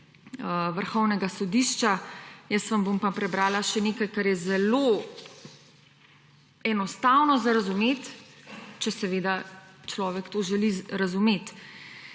Vrhovnega sodišča, jaz pa vam bom prebrala še nekaj kar je zelo enostavno za razumeti, če seveda človek to želi razumeti.